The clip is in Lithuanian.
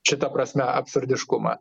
šita prasme absurdiškumą